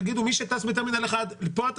תגידו מי שטס בטרמינל 1 אתה לפה,